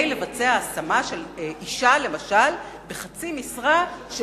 למשל, כדי לבצע השמה של אשה בחצי משרה של